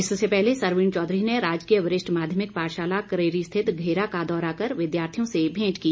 इससे पहले सरवीण चौधरी ने राजकीय वरिष्ठ माध्यमिक पाठशाला करेरी स्थित घेरा का दौरा कर विद्यार्थियों से भेंट की